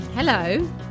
Hello